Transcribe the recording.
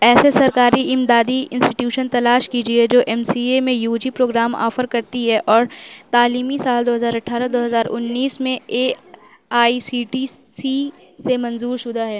ایسے سرکاری امدادی انسٹیٹیوٹشن تلاش کیجئے جو ایم سی اے میں یو جی پروگرام آفر کرتی ہے اور تعلیمی سال دو ہزار اٹھارہ دو ہزار انیس میں A I C T C سے منظور شدہ ہے